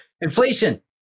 inflation